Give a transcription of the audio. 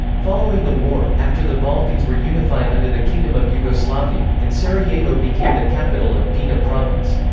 following the war, after the balkans were unified under the kingdom of yugoslavia, and sarajevo became the capital of drina province.